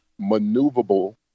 maneuverable